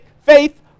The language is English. Faith